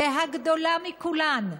והגדולה מכולן,